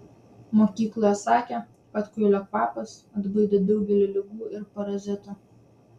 mokykloje sakė kad kuilio kvapas atbaido daugelį ligų ir parazitų